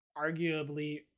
arguably